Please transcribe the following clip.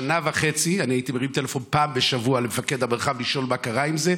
שנה וחצי הייתי מרים טלפון פעם בשבוע למפקד המרחב לשאול מה קרה עם זה.